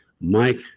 Mike